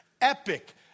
epic